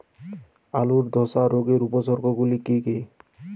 আলুর ধসা রোগের উপসর্গগুলি কি কি?